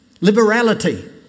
liberality